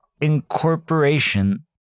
incorporation